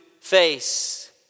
face